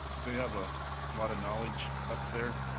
they have a lot of knowledge up there,